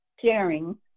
sharing